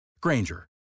Granger